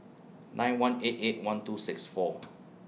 nine one eight eight one two six four